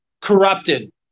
corrupted